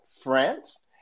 France